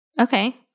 okay